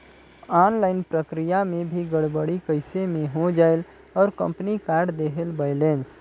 Online प्रक्रिया मे भी गड़बड़ी कइसे मे हो जायेल और कंपनी काट देहेल बैलेंस?